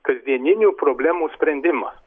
kasdieninių problemų sprendimas